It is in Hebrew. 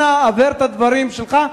אנא הבהר את הדברים שלך,